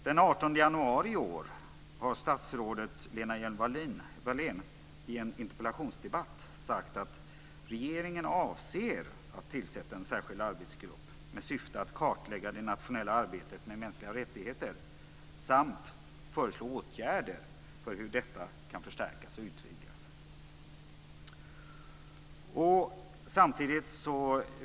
Den 18 januari i år har statsrådet Lena Hjelm Wallén i en interpellationsdebatt sagt att regeringen avser att tillsätta en särskild arbetsgrupp med syfte att kartlägga det nationella arbetet med mänskliga rättigheter samt föreslå åtgärder för hur detta kan förstärkas och utvidgas.